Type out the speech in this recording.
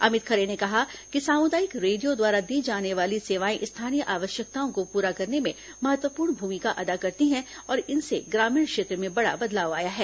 अमित खरे ने कहा कि सामुदायिक रेडियो द्वारा दी जाने वाली सेवायें स्थानीय आवश्यकताओं को पूरा करने में महत्वपूर्ण भूमिका अदा करती हैं और इनसे ग्रामीण क्षेत्र में बड़ा बदलाव आया है